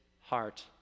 heart